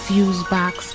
Fusebox